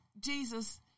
Jesus